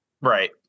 right